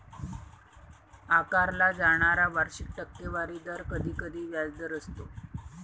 आकारला जाणारा वार्षिक टक्केवारी दर कधीकधी व्याजदर असतो